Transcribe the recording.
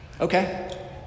Okay